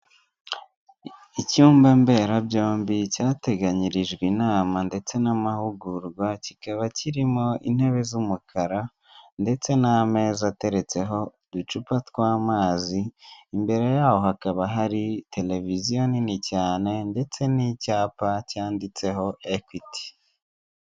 Icyumba mbera byombi cyateganyirijwe inama ndetse n'amahugurwa kikaba kirimo intebe z'umukara ndetse n'ameza ateretseho uducupa tw'amazi imbere yaho hakaba hari televiziyo nini cyane ndetse n'icyapa cyanditseho ekwiti.